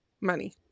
money